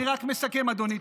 אני רק מסכם, אדוני.